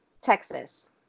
Texas